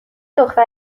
دختر